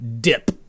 dip